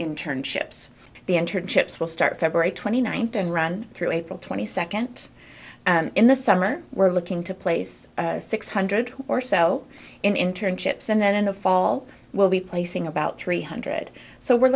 internships the internships will start february twenty ninth and run through april twenty second in the summer we're looking to place six hundred or so in internships and then in the fall we'll be placing about three hundred so we're